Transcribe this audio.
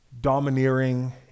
domineering